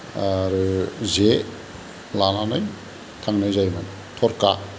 आरो जे लानानै थांनाय जायोमोन थरका